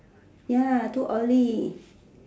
ya too early